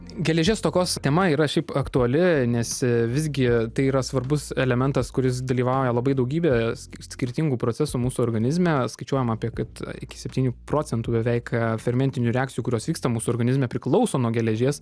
geležies stokos tema yra šiaip aktuali nes visgi tai yra svarbus elementas kuris dalyvauja labai daugybėje skirtingų procesų mūsų organizme skaičiuojama apie kad iki septynių procentų beveik fermentinių reakcijų kurios vyksta mūsų organizme priklauso nuo geležies